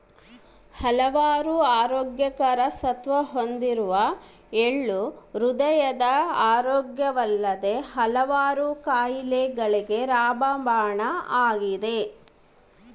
ಹಲವಾರು ಆರೋಗ್ಯಕರ ಸತ್ವ ಹೊಂದಿರುವ ಎಳ್ಳು ಹೃದಯದ ಆರೋಗ್ಯವಲ್ಲದೆ ಹಲವಾರು ಕಾಯಿಲೆಗಳಿಗೆ ರಾಮಬಾಣ ಆಗಿದೆ